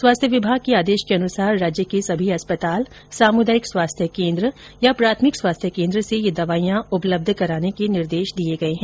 स्वास्थ्य विभाग के आदेश के अनुसार राज्य के सभी अस्पताल सामुदायिक स्वास्थ्य केन्द्र या प्राथमिक स्वास्थ्य केन्द्र से यह दवाईयां उपलब्ध कराने के निर्देश दिये गये हैं